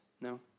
No